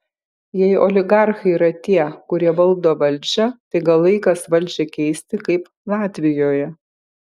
jei oligarchai yra tie kurie valdo valdžią tai gal laikas valdžią keisti kaip latvijoje